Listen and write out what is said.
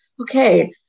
okay